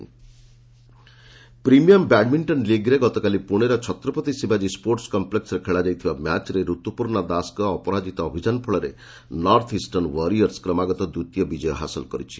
PBL premium badminton ଲିଗ୍ରେ ଗତକାଲି ପୁଣେର ଛତ୍ରପତି ଶିବାଜୀ ସ୍ୱୋର୍ଟ୍ସ କମ୍ପ୍ଲେକ୍ସରେ ଖେଳାଯାଇଥିବା ମ୍ୟାଚରେ ରତୁପର୍ଣ୍ଣା ଦାସଙ୍କ ଅପରାଜିତ ଅଭିଯାନ ଫଳରେ ନର୍ଥ ଇଷ୍ଟର୍ଣ୍ଣ ୱାରିୟସ୍ କ୍ରମାଗତ ଦ୍ୱିତୀୟ ବିଜୟ ହାସଲ କରିଛି